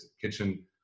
kitchen